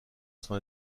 son